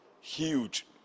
huge